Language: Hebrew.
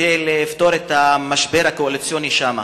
כדי לפתור את המשבר הקואליציוני שם.